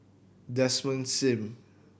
Desmond Sim